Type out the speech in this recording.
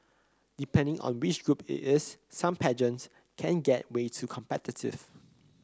depending on which group it is some pageants can get way to competitive